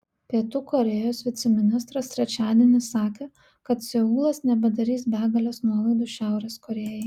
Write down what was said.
pietų korėjos viceministras trečiadienį sakė kad seulas nebedarys begalės nuolaidų šiaurės korėjai